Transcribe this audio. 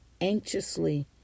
anxiously